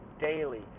Daily